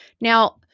Now